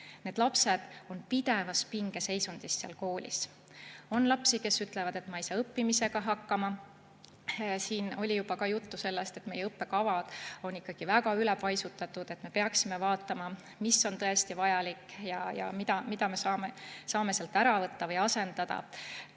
Need lapsed on seal koolis pidevas pingeseisundis. On lapsi, kes ütlevad, et nad ei saa õppimisega hakkama. Siin oli juba juttu sellest, et meie õppekavad on ikkagi väga ülepaisutatud ja me peaksime vaatama, mis on tõesti vajalik ja mida me saame sealt ära võtta või asendada.